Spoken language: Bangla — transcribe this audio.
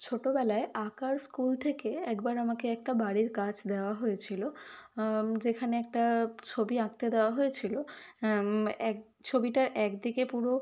ছোটবেলায় আঁকার স্কুল থেকে একবার আমাকে একটা বাড়ির কাজ দেওয়া হয়েছিল যেখানে একটা ছবি আঁকতে দেওয়া হয়েছিল এক ছবিটার একদিকে পুরো